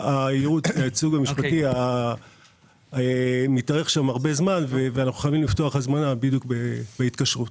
שהייעוץ המשפטי מתארך שם הרבה זמן וחייבים לפתוח הזמנה בהתקשרות.